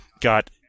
got